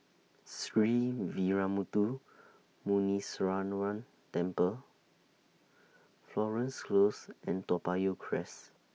Sree Veeramuthu Muneeswaran Temple Florence Close and Toa Payoh Crest